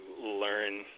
learn